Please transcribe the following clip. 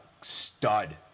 stud